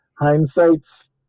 Hindsight's